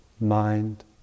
mind